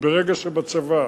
כי ברגע שבצבא